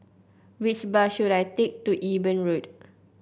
which bus should I take to Eben Road